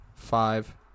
five